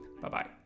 Bye-bye